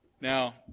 Now